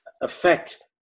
affect